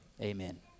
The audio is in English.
Amen